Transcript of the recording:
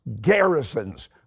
garrisons